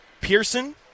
Pearson